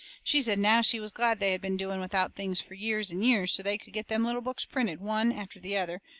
she said now she was glad they had been doing without things fur years and years so they could get them little books printed, one after the other,